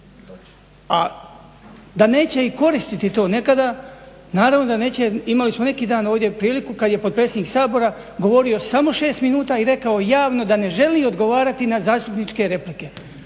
A da neće i koristiti to nekada, naravno da neće. Imali smo neki dan ovdje priliku kada je potpredsjednik Sabora govorio samo šest minuta i rekao javno da ne želi odgovarati na zastupničke replike,